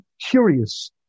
curious